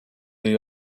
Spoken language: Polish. jej